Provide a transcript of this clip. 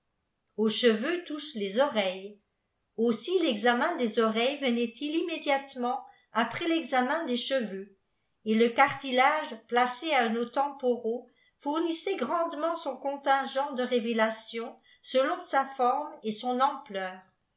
aux cheveq jtouchent lés oreides aussi rexainèn des oreilles vënalt il immédiatement après l'éxaniéh des cheveux et lé cartilage pla à nos temporaux fournissait grandement son cô'nltiùènt aë rçvébvipnp élôn sa fçrme et on ampleur